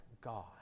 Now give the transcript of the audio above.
God